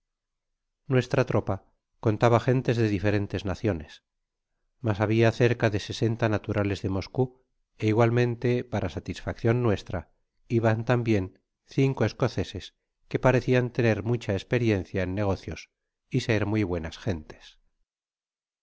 nuestra tropa contaba gentes de diferentes naciones mas habia cerca de sesenta naturales de moscou é igualmente para satisfaccion nuestra iban lambian cinco escoceses que parecian tener mueha esperiencia en negocios y ser muy buenas gentes